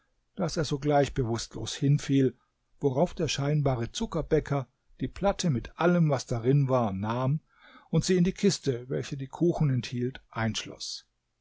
daß er sogleich bewußtlos hinfiel worauf der scheinbare zuckerbäcker die platte mit allem was darin war nahm und sie in die kiste welche die kuchen enthielt einschloß